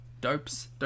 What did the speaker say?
dopes